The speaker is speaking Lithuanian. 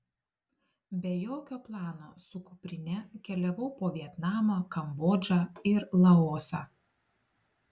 be jokio plano su kuprine keliavau po vietnamą kambodžą ir laosą